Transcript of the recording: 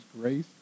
grace